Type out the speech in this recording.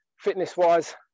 fitness-wise